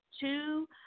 two